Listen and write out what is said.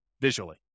visually